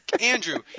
Andrew